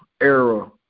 era